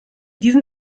diesen